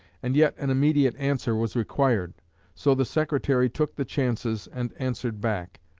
and yet an immediate answer was required so the secretary took the chances and answered back,